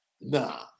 Nah